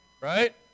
right